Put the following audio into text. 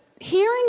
hearing